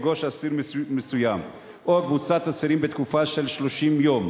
לפגוש אסיר מסוים או קבוצת אסירים בתקופה של 30 יום,